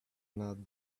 not